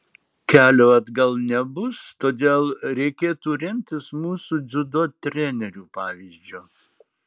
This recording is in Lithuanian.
kelio atgal nebus todėl reikėtų remtis mūsų dziudo trenerių pavyzdžiu